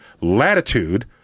latitude